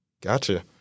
Gotcha